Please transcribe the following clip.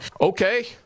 Okay